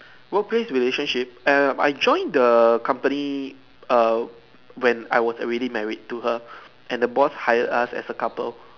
work place relationship err I joined the company err when I was already married to her and the boss hired us as a couple